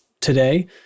today